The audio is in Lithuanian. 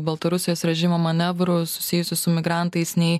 baltarusijos režimo manevrų susijusių su migrantais nei